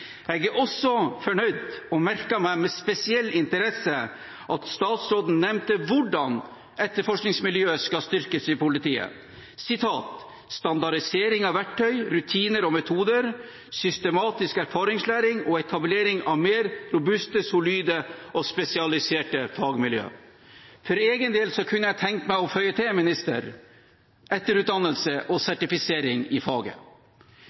Jeg er også fornøyd med og har merket meg med spesiell interesse at statsråden nevnte hvordan etterforskningsmiljøet skal styrkes i politiet: «standardisering av verktøy, rutiner og metoder, systematisk erfaringslæring og etablering av mer robuste, solide og spesialiserte fagmiljøer». For egen del kunne jeg tenkt meg å føye til, minister: «etterutdannelse og sertifisering i faget».